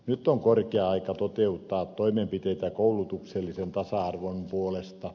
nyt on korkea aika toteuttaa toimenpiteitä koulutuksellisen tasa arvon puolesta